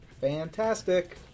Fantastic